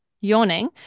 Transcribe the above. Yawning